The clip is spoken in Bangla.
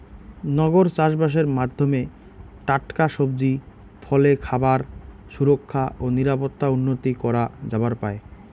নগর চাষবাসের মাধ্যমে টাটকা সবজি, ফলে খাবার সুরক্ষা ও নিরাপত্তা উন্নতি করা যাবার পায়